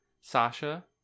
Sasha